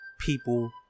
people